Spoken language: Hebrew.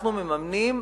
אנחנו מממנים,